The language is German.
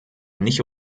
nicht